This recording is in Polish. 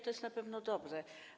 To jest na pewno dobre.